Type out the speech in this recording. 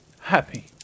Happy